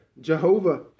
Jehovah